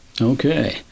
Okay